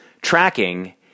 tracking